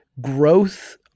growth